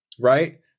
right